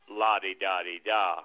la-di-da-di-da